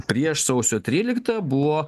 prieš sausio tryliktą buvo